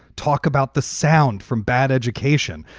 talk about the sound from bad education.